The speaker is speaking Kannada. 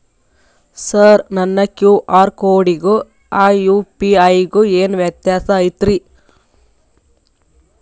ಸರ್ ನನ್ನ ಕ್ಯೂ.ಆರ್ ಕೊಡಿಗೂ ಆ ಯು.ಪಿ.ಐ ಗೂ ಏನ್ ವ್ಯತ್ಯಾಸ ಐತ್ರಿ?